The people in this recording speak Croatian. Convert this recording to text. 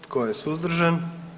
Tko je suzdržan?